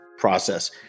process